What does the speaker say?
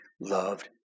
loved